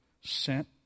sent